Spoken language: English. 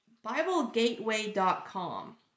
BibleGateway.com